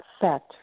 set